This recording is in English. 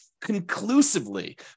conclusively